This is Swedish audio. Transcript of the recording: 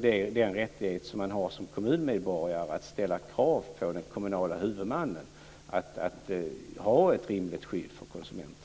den rätt man har som kommunmedborgare att ställa krav på den kommunala huvudmannen när det gäller att inrätta ett rimligt skydd för konsumenterna.